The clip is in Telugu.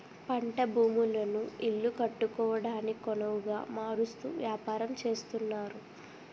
పంట భూములను ఇల్లు కట్టుకోవడానికొనవుగా మారుస్తూ వ్యాపారం చేస్తున్నారు